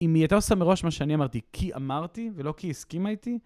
אם היא הייתה עושה מראש מה שאני אמרתי, כי אמרתי ולא כי היא הסכימה איתי...